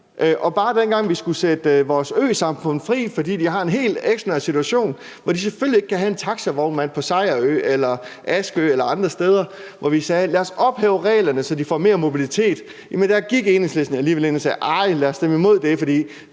Bare dengang vi skulle sætte vores øsamfund fri, fordi de har en helt ekstraordinær situation, hvor de selvfølgelig ikke kan have en taxavognmand på Sejrø eller Askø eller andre steder – vi sagde: Lad os ophæve reglerne, så de får mere mobilitet – gik Enhedslisten alligevel ind og sagde: Ej, lad os stemme imod det, for